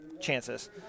Chances